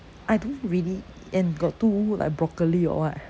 I don't really eat and got two like broccoli or what